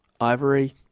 ivory